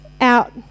out